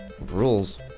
Rules